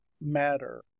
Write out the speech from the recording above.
matter